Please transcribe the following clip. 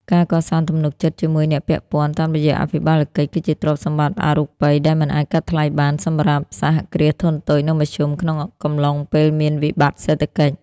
ការកសាងទំនុកចិត្តជាមួយអ្នកពាក់ព័ន្ធតាមរយៈអភិបាលកិច្ច គឺជាទ្រព្យសម្បត្តិអរូបីដែលមិនអាចកាត់ថ្លៃបានសម្រាប់ សហគ្រាសធុនតូច និងមធ្យម ក្នុងកំឡុងពេលមានវិបត្តិសេដ្ឋកិច្ច។